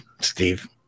Steve